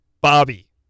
Bobby